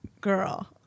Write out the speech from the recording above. Girl